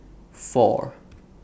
four